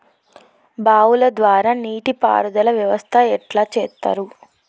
బావుల ద్వారా నీటి పారుదల వ్యవస్థ ఎట్లా చేత్తరు?